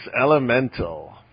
Elemental